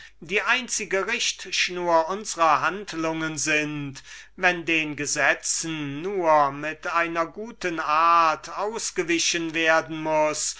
die einzige richtschnur unsrer handlungen sind wenn die gesetze nur mit einer guten art ausgewichen werden müssen